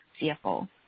CFO